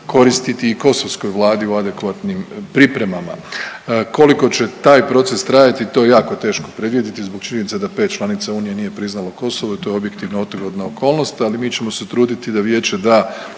koristiti i kosovskoj Vladi u adekvatnim pripremama. Koliko će taj proces trajati to je jako teško predvidjeti zbog činjenice da pet članica Unije nije priznalo Kosovo i to je objektivno otegotna okolnost, ali mi ćemo se truditi da Vijeće da